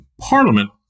parliament